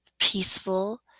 peaceful